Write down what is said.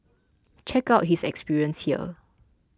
check out his experience here